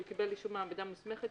שהוא קיבל אישור מעבדה מוסמכת,